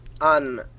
on